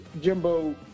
Jimbo